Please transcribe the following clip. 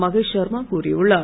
மகேஷ் சர்மா கூறியுள்ளார்